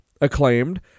acclaimed